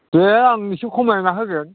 दे आं एसे खमायना होगोन